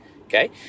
okay